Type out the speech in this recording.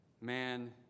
man